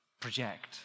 project